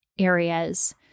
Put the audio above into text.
Areas